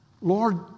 Lord